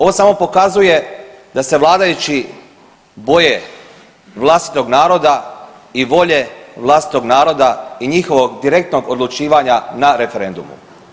Ovo samo pokazuje da se vladajući boje vlastitog naroda i volje vlastitog naroda i njihovog direktnog odlučivanja na referendumu.